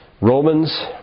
Romans